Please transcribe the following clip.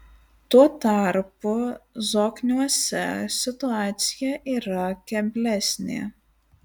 tuo tarpu zokniuose situacija yra keblesnė